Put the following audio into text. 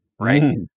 Right